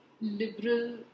liberal